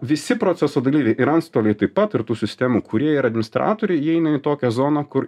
visi proceso dalyviai ir antstoliai taip pat ir tų sistemų kūrėjai ir administratoriai įeina į tokią zoną kur